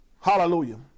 Hallelujah